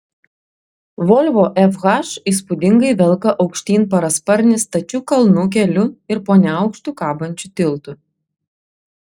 volvo fh įspūdingai velka aukštyn parasparnį stačiu kalnų keliu ir po neaukštu kabančiu tiltu